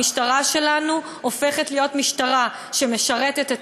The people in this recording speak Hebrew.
המשטרה שלנו הופכת להיות משטרה שמשרתת את